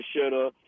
shoulda